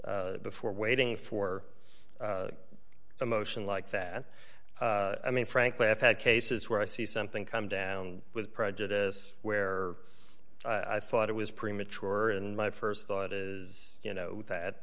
before waiting for a motion like that i mean frankly i've had cases where i see something come down with prejudice where i thought it was premature and my st thought is you know that